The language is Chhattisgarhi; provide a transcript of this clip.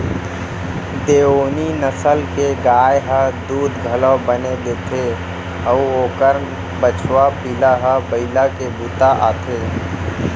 देओनी नसल के गाय ह दूद घलौ बने देथे अउ ओकर बछवा पिला ह बइला के बूता आथे